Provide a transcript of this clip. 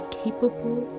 capable